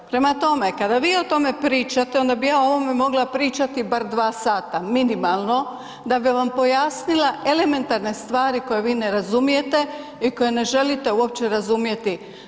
Prema tome, kada vi o tome pričate onda bi ja o ovome mogla pričati bar 2 sata minimalno da bi vam pojasnila elementarne stvari koje vi ne razumijete i koje ne želite uopće razumjeti.